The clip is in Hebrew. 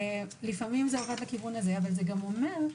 זה אומר גם,